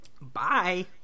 Bye